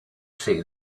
see